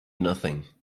nothing